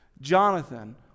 Jonathan